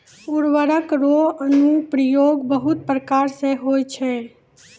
उर्वरक रो अनुप्रयोग बहुत प्रकार से होय छै